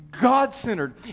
God-centered